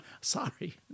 Sorry